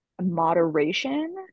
moderation